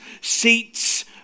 seats